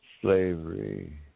slavery